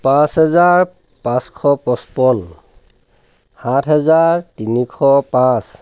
পাঁচ হেজাৰ পাঁচশ পঁচপন্ন সাত হেজাৰ তিনিশ পাঁচ